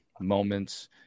moments